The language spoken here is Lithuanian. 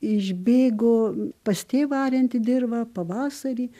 išbėgo pas tėvą arenti dirvą pavasarį